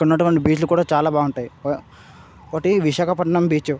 అక్కడున్నటువంటి బీచ్లు కూడా చాలా బాగుంటాయి ఒకటి విశాఖపట్నం బీచు